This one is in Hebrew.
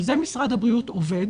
על זה משרד הבריאות עובד.